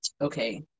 Okay